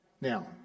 Now